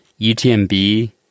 UTMB